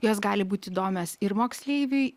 jos gali būt įdomios ir moksleiviui